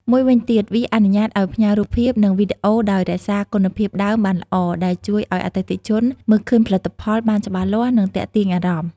មួយវិញទៀតវាអនុញ្ញាតឱ្យផ្ញើរូបភាព និងវីដេអូដោយរក្សាគុណភាពដើមបានល្អ ដែលជួយឱ្យអតិថិជនមើលឃើញផលិតផលបានច្បាស់លាស់ និងទាក់ទាញអារម្មណ៍។